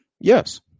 yes